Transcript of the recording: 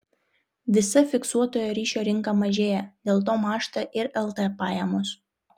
visa fiksuotojo ryšio rinka mažėja dėl to mąžta ir lt pajamos